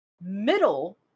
middle